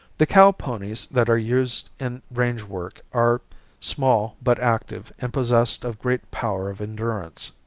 the cow ponies that are used in range work are small but active and possessed of great power of endurance.